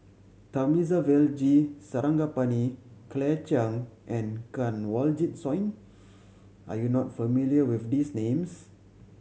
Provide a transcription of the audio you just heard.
Thamizhavel G Sarangapani Claire Chiang and Kanwaljit Soin are you not familiar with these names